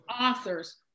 authors